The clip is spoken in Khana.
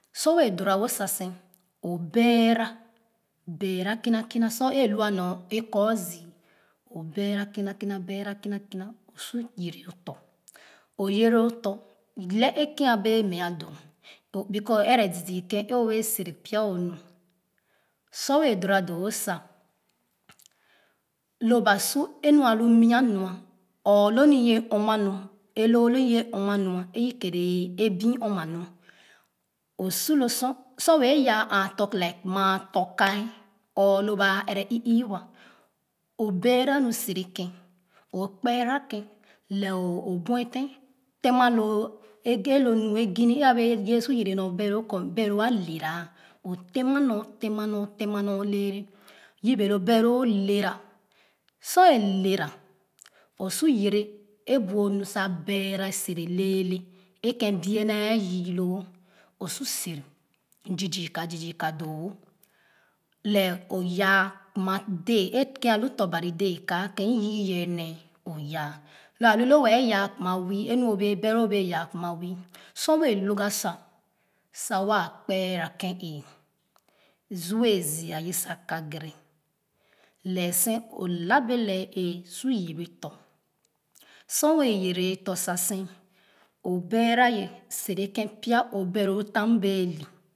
So wɛɛ fora wo sa sen o beera beera kina kina sor nor e koor zii beera kina kina beera kina kina o su yere o tɔ o yere o tɔ lɛh e ken abee meah doo because o ɛrɛ zii zii ken o wɛɛ sere pya o nu sor wɛɛ dora doo wo sa lo ba sor enu alu mua nua or lo nu wɛɛ ɔma nu e loo lonoye ɔma nya i kɛɛrɛ e biin ɔpma nu su lo sar sor wɛɛ yaa aatɔ kuma tɔ kaa or lo baa ɛrɛ ii wa o beera nu sere ken o kpeera ken lɛɛ o buefen tema lo nu ekini abee su yere nor beloo kɔ mɛ beloo a lɛra o tema nor tema nor tema nor lɛɛrɛ yebe lo beloo lɛɛrɛ yebe lo beloo lɛɛla sor e lɛɛla o su yefe bu onu sa beera sere lɛɛre e ken bie nee yee loo o su sere zii zii ka zii zii ka doo wo lɛɛh o yaa kima dee e keh alu tɔ bari deekaa kein yii ye nee o yaa lo alo loo wɛɛ yaa kuma wii e nu obee e beloo o bee yaa kuma wii sor wɛɛ log ga sa sa waa kpeera ken ee zuɛh e ziia ye sa kagɛrɛ lɛẹ sen o lap yw lẹɛ ee su yere tɔ sor wɛɛ yere tɔ sa sen o beera ye ken pya o beloo tam wɛɛ le